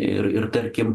ir ir tarkim